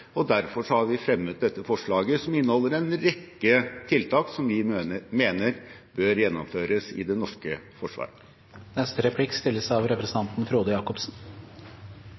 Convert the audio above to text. og derfor har vi fremmet dette forslaget som inneholder en rekke tiltak som vi mener bør gjennomføres i det norske